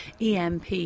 EMP